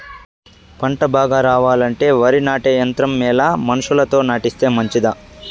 పంట బాగా రావాలంటే వరి నాటే యంత్రం మేలా మనుషులతో నాటిస్తే మంచిదా?